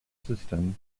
system